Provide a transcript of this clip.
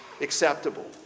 acceptable